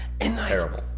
Terrible